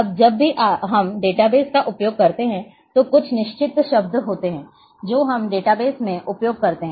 अब जब भी हम डेटाबेस का उपयोग करते हैं तो कुछ निश्चित शब्द होते हैं जो हम डेटाबेस में उपयोग करते हैं